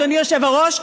אדוני היושב-ראש,